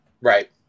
Right